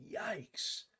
Yikes